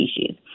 species